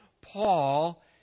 Paul